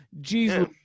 jesus